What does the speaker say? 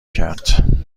کرد